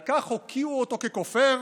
על כך הוקיעו אותו ככופר